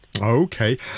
Okay